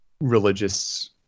religious